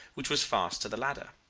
which was fast to the ladder.